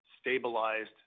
stabilized